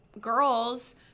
girls –